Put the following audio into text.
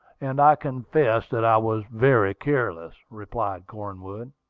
and i confess that i was very careless, replied cornwood.